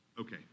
Okay